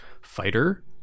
fighter